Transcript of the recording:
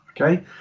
okay